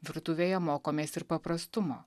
virtuvėje mokomės ir paprastumo